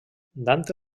dante